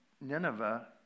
Nineveh